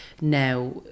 now